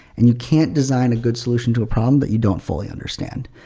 and you can't design a good solution to a problem that you don't fully understand.